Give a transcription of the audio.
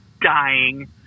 dying